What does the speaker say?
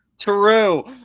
true